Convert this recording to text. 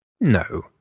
No